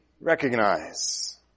recognize